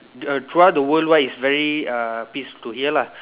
uh throughout the worldwide it's very uh peace to here lah